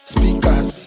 Speakers